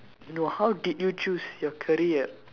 no how did you choose your career